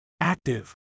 active